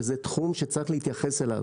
וזה תחום שצריך להתייחס אליו.